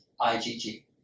IgG